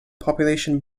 population